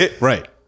Right